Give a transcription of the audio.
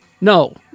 no